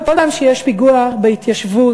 כל פעם שיש פיגוע בהתיישבות,